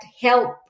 help